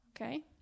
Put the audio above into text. Okay